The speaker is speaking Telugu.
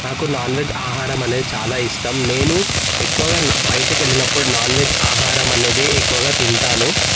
నాకు నాన్ వెజ్ ఆహారం అనేది చాలా ఇష్టం నేను ఎక్కువగా బయటకు వెళ్ళినప్పుడు నాన్ వెజ్ ఆహారం అనేది ఎక్కువగా తింటాను